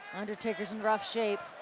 undertaker's in rough shape.